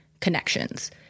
connections